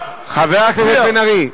חבר הכנסת בן-ארי.